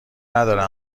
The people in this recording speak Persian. نداره